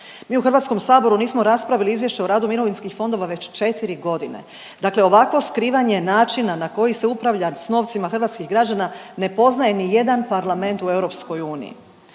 Mi u Hrvatskom saboru nismo raspravili izvješće o radu mirovinskih fondova već 4 godine, dakle ovakvo skrivanje načina na koji se upravlja s novcima hrvatskih građana ne poznaje ni jedan parlament u EU.